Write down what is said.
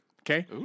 Okay